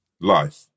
life